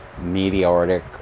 meteoric